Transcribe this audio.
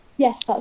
Yes